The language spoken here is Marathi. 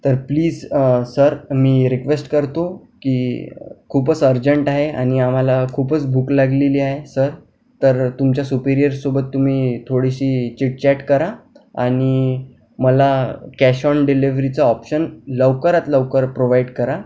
तर प्लिज सर मी रिक्वेस्ट करतो की खूपच अर्जंट आहे आणि आम्हाला खूपच भूक लागलेली आहे सर तर तुमच्या सुपीरिअर्ससोबत तुम्ही थोडीशी चिटचॅट करा आणि मला कॅश ऑन डिलिव्हरीचा ऑप्शन लवकरात लवकर प्रोव्हाइड करा